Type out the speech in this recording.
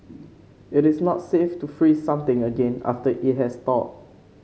it is not safe to freeze something again after it has thawed